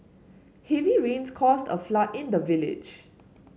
heavy rains caused a flood in the village